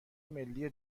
ملی